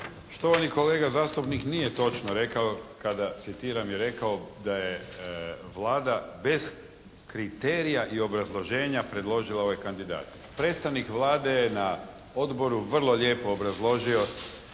Štovani kolega zastupnik nije točno rekao kada citiram je rekao, da je Vlada bez kriterija i obrazloženja predložila ove kandidate. Predstavnik Vlade je na odboru vrlo lijepo obrazložio